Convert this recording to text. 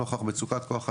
נוכח מצוקת כוח האדם,